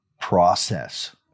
process